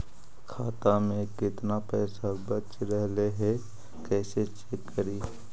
खाता में केतना पैसा बच रहले हे कैसे चेक करी?